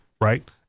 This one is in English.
Right